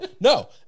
no